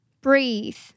Breathe